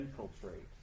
infiltrate